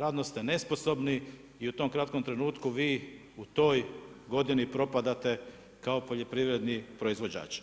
radno ste nesposobni i u tom kratkom trenutku vi u toj godini propadate kao poljoprivredni proizvođač.